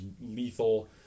lethal